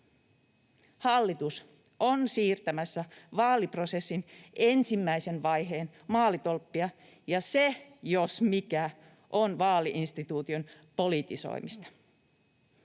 Hallitus on siirtämässä vaaliprosessin ensimmäisen vaiheen maalitolppia, ja se jos mikä on vaali-instituution politisoimista.